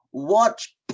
watch